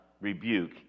rebuke